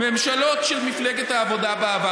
ממשלות של מפלגת העבודה בעבר,